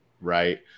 right